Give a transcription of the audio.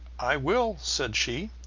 i will, said she,